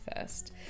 first